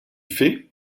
fait